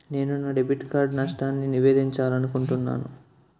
నేను నా debit card నష్టాన్ని నివేదించాలనుకుంటున్నాను